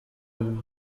inyuma